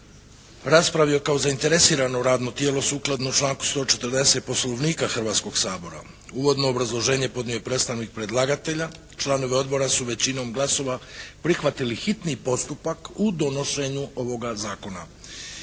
raspravio kao zainteresirano radno tijelo sukladno članku 140. Poslovnika Hrvatskog sabora. Uvodno obrazloženje podnio je predstavnik predlagatelja. Članovi Odbora su većinom glasova prihvatili hitni postupak u donošenju ovoga zakona.